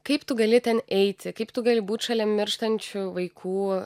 kaip tu gali ten eiti kaip tu gali būt šalia mirštančių vaikų